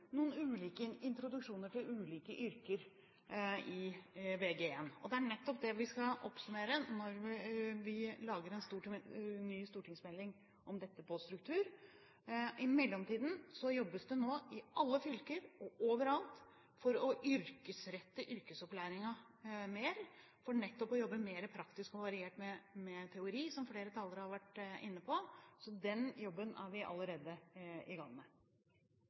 ulike introduksjoner til ulike yrker i Vg1. Det er nettopp det vi skal oppsummere når vi lager en ny stortingsmelding om dette som går på struktur. I mellomtiden jobbes det nå i alle fylker og overalt for å yrkesrette yrkesopplæringen mer for nettopp å jobbe mer praktisk og variert med teori, som flere talere har vært inne på. Så den jobben er vi allerede i gang med.